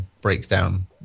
breakdown